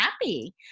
happy